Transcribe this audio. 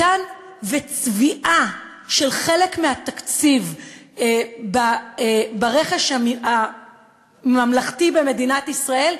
מתן וצביעה של חלק מהתקציב של הרכש הממלכתי במדינת ישראל,